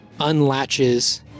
unlatches